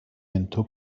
into